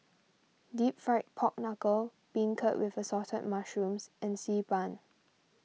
Deep Fried Pork Knuckle Beancurd with Assorted Mushrooms and Xi Ban